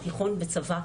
תיכון וצבא,